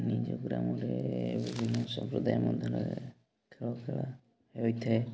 ନିଜ ଗ୍ରାମରେ ବିଭିନ୍ନ ସମ୍ପ୍ରଦାୟ ମଧ୍ୟରେ ଖେଳ ଖେଳା ହୋଇଥାଏ